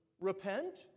repent